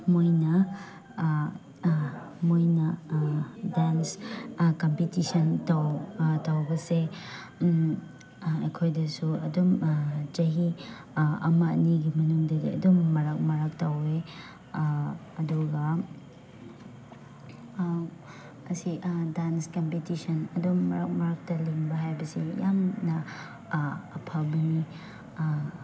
ꯃꯣꯏꯅ ꯃꯣꯏꯅ dance competition ꯇꯧꯕꯁꯦ ꯑꯩꯈꯣꯏꯗꯁꯨ ꯑꯗꯨꯝ ꯆꯍꯤ ꯑꯃ ꯑꯅꯤꯒꯤ ꯃꯅꯨꯡꯗꯗꯤ ꯑꯗꯨꯝ ꯃꯔꯛ ꯃꯔꯛ ꯇꯧꯏ ꯑꯗꯨꯒ ꯑꯁꯤ ꯗꯥꯟꯁ ꯀꯝꯄꯤꯇꯤꯁꯟ ꯑꯗꯨꯝ ꯃꯔꯛ ꯃꯔꯛꯇ ꯂꯤꯡꯕ ꯍꯥꯏꯕꯁꯦ ꯌꯥꯝꯅ ꯑꯐꯕꯅꯤ